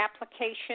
application